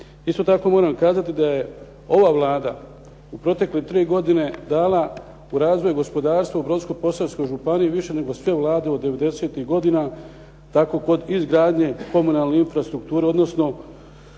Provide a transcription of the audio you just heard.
Isto tako moram kazati da je ova Vlada u protekle tri godine dala u razvoj i gospodarstvo u Brodsko-posavskoj županiji više nego sve Vlade u '90.-im godinama. Tako kod izgradnje komunalne infrastrukture, odnosno